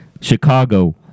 Chicago